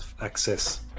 access